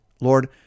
Lord